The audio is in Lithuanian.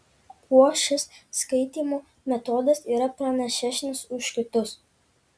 kuo šis skaitymo metodas yra pranašesnis už kitus